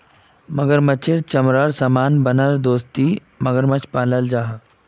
मगरमाछेर चमरार बनाल सामानेर दस्ती मगरमाछ पालाल जाहा